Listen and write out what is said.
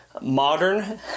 modern